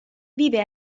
vive